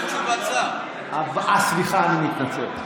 אה, סליחה, אני מתנצל.